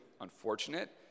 unfortunate